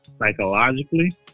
psychologically